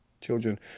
children